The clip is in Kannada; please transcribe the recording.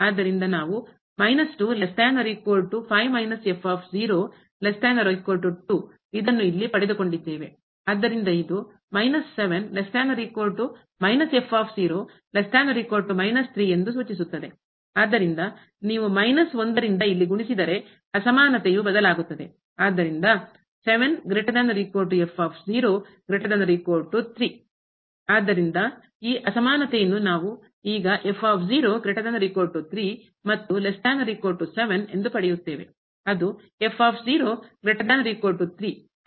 ಆದ್ದರಿಂದ ನಾವು ಇದನ್ನು ಇಲ್ಲಿ ಪಡೆದುಕೊಂಡಿದ್ದೇವೆ ಆದ್ದರಿಂದ ಇದು ಎಂದು ಸೂಚಿಸುತ್ತದೆ ಆದ್ದರಿಂದ ನೀವು ಮೈನಸ್ ರಿಂದ ಇಲ್ಲಿ ಗುಣಿಸಿದರೆ ಅಸಮಾನತೆಯು ಬದಲಾಗುತ್ತದೆ ಆದ್ದರಿಂದ ಆದ್ದರಿಂದ ಈ ಅಸಮಾನತೆಯನ್ನು ನಾವು ಈಗ ಮತ್ತು ಎಂದು ಪಡೆಯುತ್ತೇವೆ ಅದು 3 ಆದರೆ